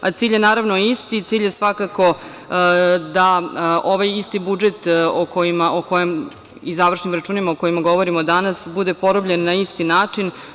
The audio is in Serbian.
A cilj je naravno isti, cilj je svakako da ovaj isti budžet i završnim računima o kojima govorimo danas bude porobljen na isti način.